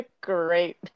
Great